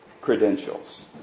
credentials